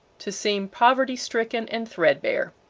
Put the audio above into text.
to seem poverty-stricken and threadbare.